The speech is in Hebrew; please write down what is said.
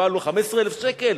קיבלנו 15,000 שקלים,